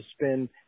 spend